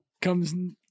comes